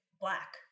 black